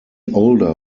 older